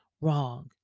wrong